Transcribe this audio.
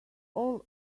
all